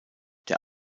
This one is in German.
der